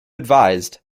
advised